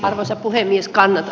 arvoisa puhemies kalevi